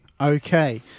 Okay